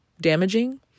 damaging